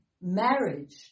marriage